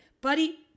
buddy